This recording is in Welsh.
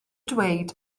dweud